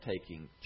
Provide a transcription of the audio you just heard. taking